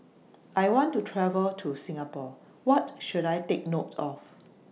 I want to travel to Singapore What should I Take note of